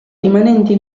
rimanenti